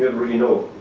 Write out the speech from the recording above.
and really know?